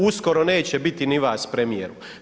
Uskoro neće biti ni vas, premijeru.